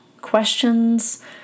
questions